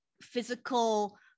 physical